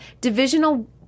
divisional